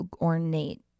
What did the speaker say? ornate